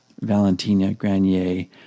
ValentinaGranier